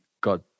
got